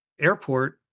airport